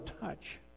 touch